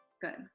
good